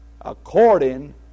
according